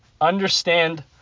Understand